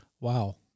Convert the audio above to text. Wow